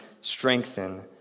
strengthen